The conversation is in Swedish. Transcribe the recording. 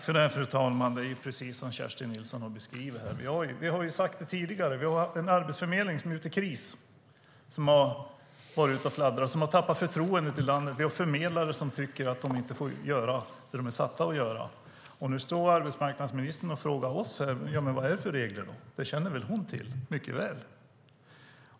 Fru talman! Det är precis som Kerstin Nilsson beskriver det. Vi har sagt det tidigare: Vi har en arbetsförmedling i kris och som har tappat förtroende ute i landet. Vi har förmedlare som tycker att de inte får göra det som de är ålagda att göra. Och nu står arbetsmarknadsministern och frågar oss vad det är för regler. Det känner hon till mycket väl.